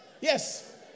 Yes